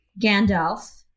Gandalf